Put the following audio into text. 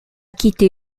quitté